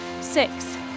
Six